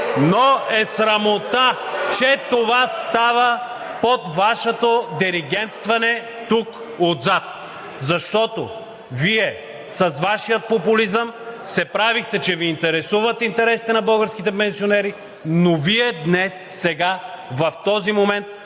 Но е срамота, че това става под Вашето диригентстване тук отзад, защото с Вашия популизъм се правихте, че Ви интересуват интересите на българските пенсионери, но Вие днес, сега, в този момент